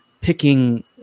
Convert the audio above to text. picking